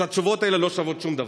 התשובות האלה לא שוות שום דבר.